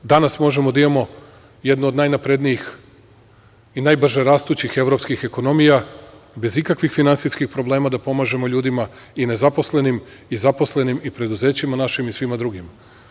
Danas možemo da imamo jednu od najnaprednijih i najbrže rastućih evropskih ekonomija, bez ikakvih finansijskih problema da pomažemo ljudima i nezaposlenim i zaposlenim, i preduzećima našim i svima drugima.